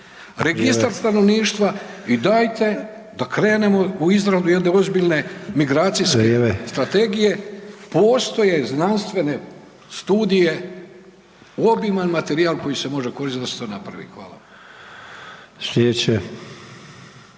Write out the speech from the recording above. Registar stanovništva i dajte da krenemo u izradu jedne ozbiljne migracijske strategije. Postoje znanstvene studije, obiman materijal koji se može koristiti da se to napravi. Hvala.